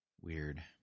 Weird